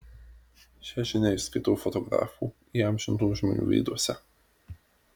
šią žinią išskaitau fotografų įamžintų žmonių veiduose